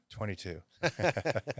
22